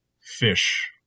fish